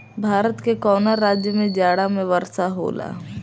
भारत के कवना राज्य में जाड़ा में वर्षा होला?